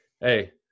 hey